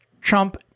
Trump